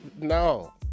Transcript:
no